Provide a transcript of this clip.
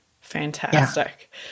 fantastic